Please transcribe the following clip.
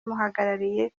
muhagarariye